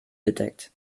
bedeckt